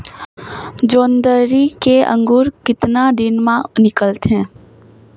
जोंदरी के अंकुर कतना दिन मां निकलथे?